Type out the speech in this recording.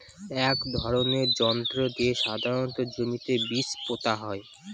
এক ধরনের যন্ত্র দিয়ে সাধারণত জমিতে বীজ পোতা হয়